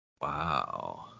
Wow